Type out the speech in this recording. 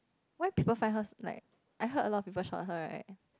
why people find hers like I heard a lot of people saw her right